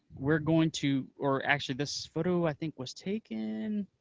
we're going to. or actually this photo i think was taken.